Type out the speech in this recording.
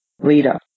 leader